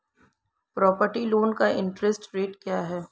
Property loan का interest rate क्या है?